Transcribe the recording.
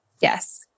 Yes